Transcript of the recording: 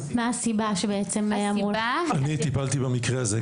להלן תרגומם: מה הסיבה?) אני טיפלתי במקרה הזה,